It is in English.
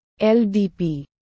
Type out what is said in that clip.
LDP